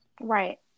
Right